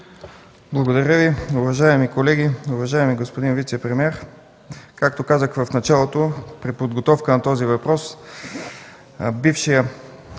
Благодаря Ви. Уважаеми колеги, уважаеми господин вицепремиер! Както казах в началото, при подготовката на този въпрос, бившият